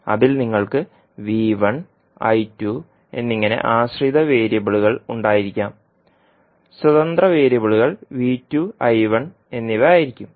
അതിൽ നിങ്ങൾക്ക് എന്നിങ്ങനെ ആശ്രിത വേരിയബിളുകൾ ഉണ്ടായിരിക്കാം സ്വതന്ത്ര വേരിയബിളുകൾ എന്നിവ ആയിരിക്കും